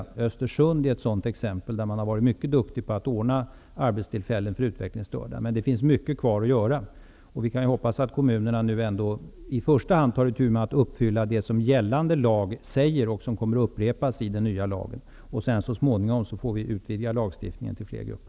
I Östersund t.ex. har man varit mycket duktig på att ordna arbete åt utvecklingsstörda, men det finns mycket kvar att göra. Vi kan hoppas att kommunerna nu ändå i första hand tar itu med att uppfylla det som gällande lag säger och som kommer att upprepas i den nya lagen. Så småningom får vi utvidga lagen till att gälla fler grupper.